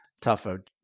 Tougher